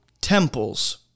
temples